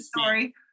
story